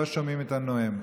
לא שומעים את הנואם.